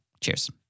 Cheers